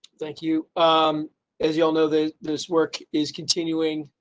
thank you. um as you all know this this work is continuing.